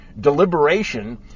deliberation